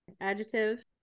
Adjective